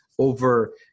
over